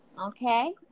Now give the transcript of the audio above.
Okay